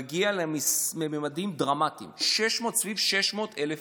מגיע להם לממדים דרמטיים, סביב 600,00 איש.